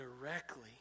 directly